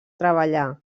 treballar